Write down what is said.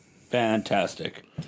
Fantastic